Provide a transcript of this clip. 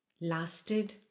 lasted